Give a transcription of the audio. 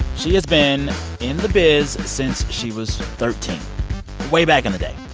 she has been in the biz since she was thirteen way back in the day.